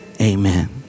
amen